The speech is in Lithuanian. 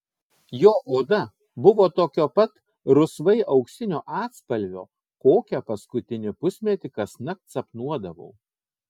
jo oda buvo tokio pat rusvai auksinio atspalvio kokią paskutinį pusmetį kasnakt sapnuodavau